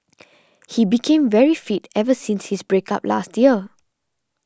he became very fit ever since his break up last year